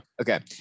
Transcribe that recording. Okay